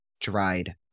dried